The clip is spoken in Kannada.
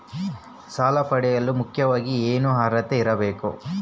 ಸಾಲ ಪಡೆಯಲು ಮುಖ್ಯವಾಗಿ ಏನು ಅರ್ಹತೆ ಇರಬೇಕು?